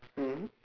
mm